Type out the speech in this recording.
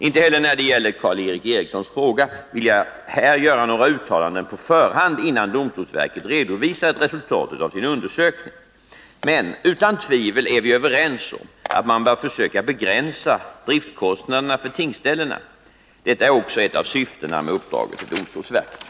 Inte heller när det gäller Karl Erik Erikssons fråga vill jag här göra några uttalanden på förhand, innan domstolsverket redovisat resultatet av sin undersökning. Men utan tvivel är vi överens om att man bör försöka begränsa driftskostnaderna för tingsställena. Detta är också ett av syftena med uppdraget till domstolsverket.